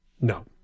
No